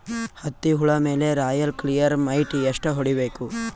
ಹತ್ತಿ ಹುಳ ಮೇಲೆ ರಾಯಲ್ ಕ್ಲಿಯರ್ ಮೈಟ್ ಎಷ್ಟ ಹೊಡಿಬೇಕು?